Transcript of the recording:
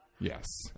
Yes